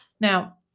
Now